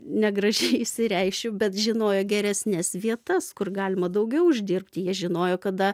negražiai išsireikšiu bet žinojo geresnes vietas kur galima daugiau uždirbti jie žinojo kada